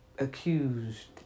accused